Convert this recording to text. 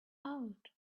out